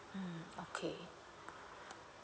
mm okay